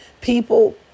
people